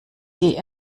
sie